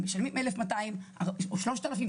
הם משלמים 1,200 או 3,000,